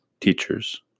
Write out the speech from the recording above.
teachers